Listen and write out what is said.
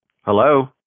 Hello